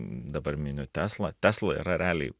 dabar miniu teslą tesla yra realiai